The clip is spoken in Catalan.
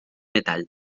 metalls